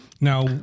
Now